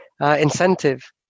incentive